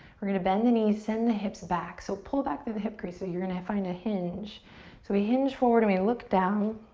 we're gonna bend the knees, send the hips back, so pull back through the hip crease, so you're gonna find a hinge so we hinge forward and we look down.